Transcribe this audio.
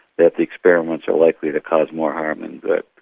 that the experiments are likely to cause more harm than good.